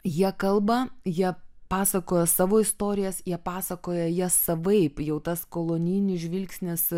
jie kalba jie pasakoja savo istorijas jie pasakojo jas savaip jau tas kolonijinis žvilgsnis